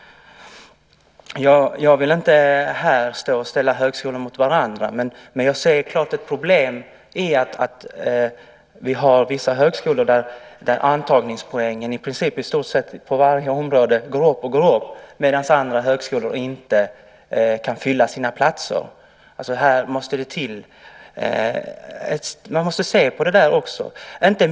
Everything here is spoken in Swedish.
Jag vill inte stå här och ställa högskolor mot varandra, men jag ser ett klart problem i att vi har vissa högskolor där antagningspoängen går upp på i stort sett varje område medan andra högskolor inte kan fylla sina platser. Man måste se på det också.